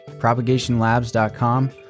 PropagationLabs.com